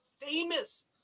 famous